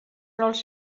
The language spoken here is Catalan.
els